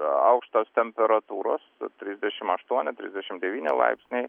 aukštos temperatūros trisdešimt aštuoni trisdešimt devyni laipsniai